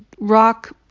rock